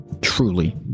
truly